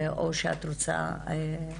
או שאת רוצה לחכות.